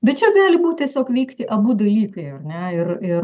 bet čia gali būt tiesiog veikti abu dalykai ar ne ir ir